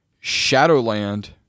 Shadowland